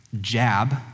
jab